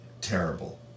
terrible